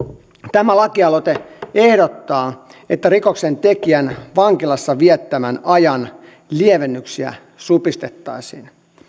tämä lakialoite ehdottaa että rikoksentekijän vankilassa viettämän ajan lievennyksiä supistettaisiin